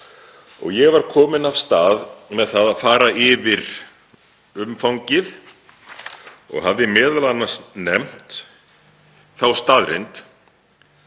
Ég var kominn af stað með það að fara yfir umfangið og hafði m.a. nefnt þá staðreynd